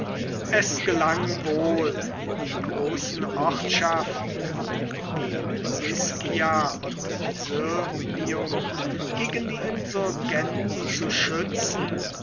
es gelang wohl die großen ortschaften wie siscia und sirmium gegen die insurgenten zu schützen